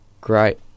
great